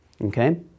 Okay